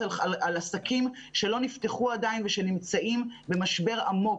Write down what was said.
על עסקים שלא נפתחו עדיין ושנמצאים במשבר עמוק.